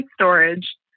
storage